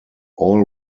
all